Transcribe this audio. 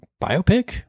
biopic